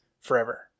forever